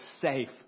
safe